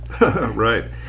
right